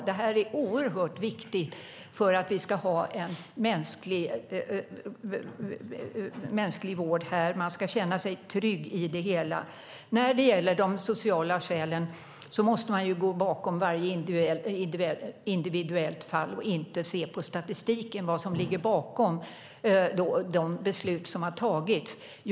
Det här är oerhört viktigt för att vi ska ha en mänsklig vård där man ska känna sig trygg. När det gäller de sociala skälen måste man gå bakom varje individuellt fall för att se vad som ligger bakom de beslut som har tagits och inte se på statistiken.